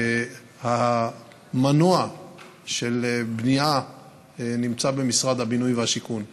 המנוע של הבנייה נמצא במשרד הבינוי והשיכון,